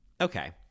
Okay